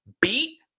beat